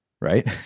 right